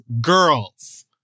girls